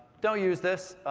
don't use this.